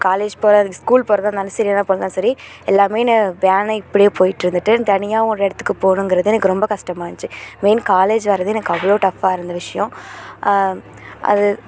college போகிறது school போகிறதா இருந்தாலும் சரி எங்கேனா போகிறதா இருந்தாலும் சரி எல்லாமே நான் வேனு இப்படியே போயிட்டு இருந்துட்டு தனியாக ஒரு இடத்துக்கு போகணுங்கிறது எனக்கு ரொம்ப கஷ்டமா இருந்துச்சு விஷயம் காலேஜ் வர்றதே எனக்கு அவ்வளோ டஃப்பாக இருந்த விஷயம் அது